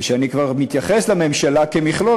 וכשאני כבר מתייחס לממשלה כמכלול,